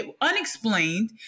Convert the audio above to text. unexplained